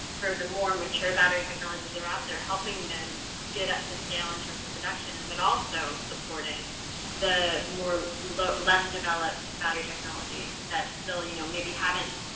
for the more mature battery technologies are out there, helping them get up to scale in terms of production but also supporting the more less developed battery technologies that still, you know, maybe haven't,